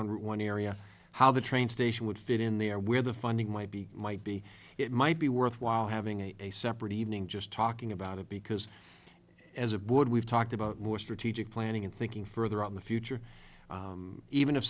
in one area how the train station would fit in there where the funding might be might be it might be worthwhile having a separate evening just talking about it because as a board we've talked about more strategic planning and thinking further on the future even if